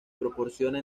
proporciona